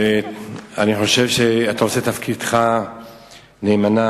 ואני חושב שאתה עושה תפקידך נאמנה,